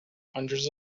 hundreds